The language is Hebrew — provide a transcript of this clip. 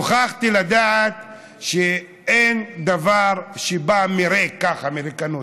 נוכחתי לדעת שאין דבר שבא מריק, ככה, מריקנות.